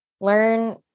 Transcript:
learn